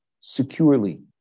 securely